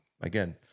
again